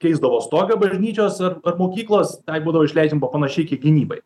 keisdavo stogą bažnyčios ar mokyklos tai būdavo išleidžiama panašiai kiek gynybai